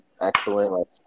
excellent